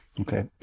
Okay